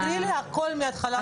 תקריאי לי את הכול מהתחלה.